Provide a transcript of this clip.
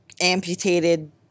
amputated